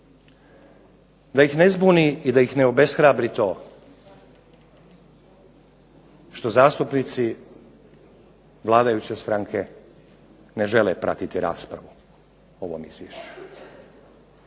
Da ih ne zbuni i da ih ne obeshrabri to što zastupnici vladajuće stranke ne žele pratiti raspravu o ovom izvješću.